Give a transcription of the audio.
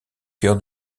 chœur